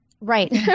Right